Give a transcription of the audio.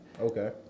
Okay